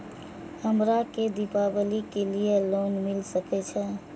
हमरा के दीपावली के लीऐ लोन मिल सके छे?